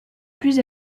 plus